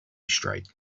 straight